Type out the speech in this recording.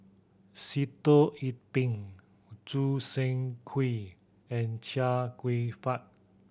Sitoh Yih Pin Choo Seng Quee and Chia Kwek Fah